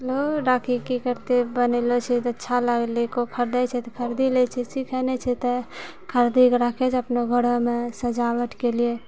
लोग राखी क की करतै बनैलो छै त अच्छा लागलै कोइ ख़रीदै छै त खरीदे लै छै सिखै नै छै त खरीदी कऽ राखै छै अपना घर मे सजावट के लिए